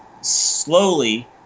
slowly